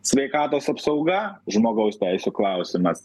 sveikatos apsauga žmogaus teisių klausimas